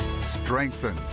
strengthen